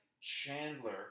Chandler